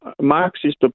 Marxist